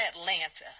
Atlanta